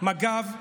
מג"ב ויס"מ,